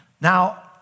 Now